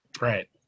right